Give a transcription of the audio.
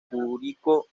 curicó